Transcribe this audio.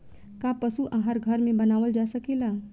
का पशु आहार घर में बनावल जा सकेला?